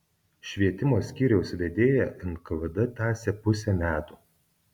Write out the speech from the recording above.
švietimo skyriaus vedėją nkvd tąsė pusę metų